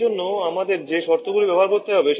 এই জন্য আমাদের যে শর্তগুলি ব্যবহার করতে হবে